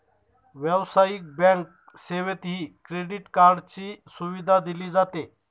व्यावसायिक बँक सेवेतही क्रेडिट कार्डची सुविधा दिली जाते